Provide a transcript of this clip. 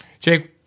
Jake